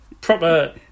proper